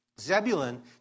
Zebulun